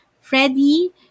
Freddie